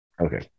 Okay